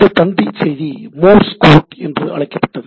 இந்த தந்தி செய்தி மோர்ஸ் கோட் என்று அழைக்கப்பட்டது